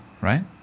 right